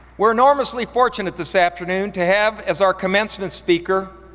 we're enormously fortunate this afternoon to have as our commencement speaker,